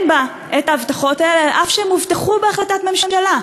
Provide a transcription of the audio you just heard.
על הצעת תקציב שאין בה ההבטחות האלה אף שהן הובטחו בהחלטת ממשלה.